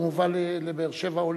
הוא מובא לבאר-שבע או